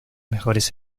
mejores